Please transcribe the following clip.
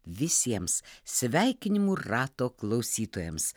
visiems sveikinimų rato klausytojams